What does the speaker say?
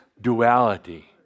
duality